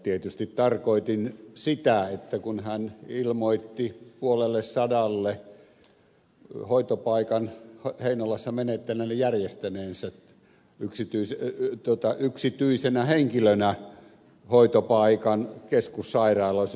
tietysti tarkoitin sitä tällä yksityistämisellä että hän ilmoitti puolellesadalle hoitopaikan heinolassa menettäneelle järjestäneensä yksityisenä henkilönä hoitopaikan keskussairaaloissa